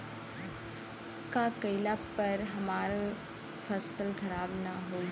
का कइला पर हमार फसल खराब ना होयी?